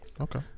okay